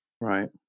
Right